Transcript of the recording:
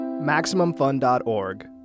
MaximumFun.org